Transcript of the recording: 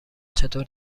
چطور